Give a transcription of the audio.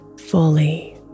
fully